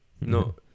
no